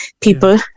people